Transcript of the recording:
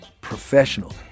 professional